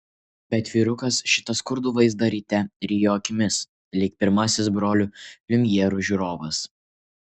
bet vyrukas šitą skurdų vaizdą ryte rijo akimis lyg pirmasis brolių liumjerų žiūrovas